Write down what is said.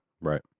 right